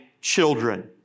children